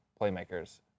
playmakers